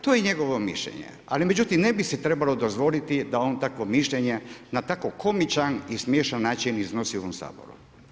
To je njegovo mišljenje, ali međutim, ne bi se trebalo dozvoliti, da on takvo mišljenje, na tako komičan i smiješan način iznosi u ovom Saboru.